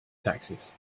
taxes